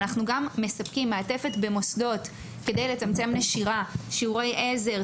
אנחנו מספקים במוסדות גם מעטפת כדי לצמצמם נשירה: שיעורי עזר,